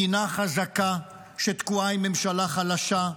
מדינה חזקה שתקועה עם ממשלה חלשה,